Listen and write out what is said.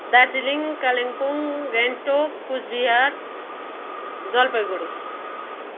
Darjeeling Kalimpong Gangtok Cooch Behar Jalpaiguri